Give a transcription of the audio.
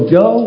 go